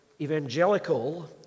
evangelical